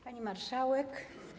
Pani Marszałek!